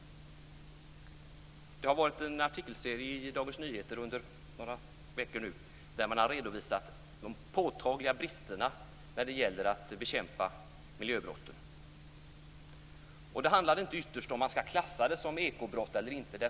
Det har under några veckor funnits en artikelserie i Dagens Nyheter där man har redovisat de påtagliga bristerna när det gäller att bekämpa miljöbrotten. Det handlar inte ytterst om ifall miljöbrotten skall klassas som ekobrott eller inte.